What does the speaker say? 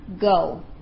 go